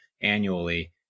annually